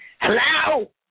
Hello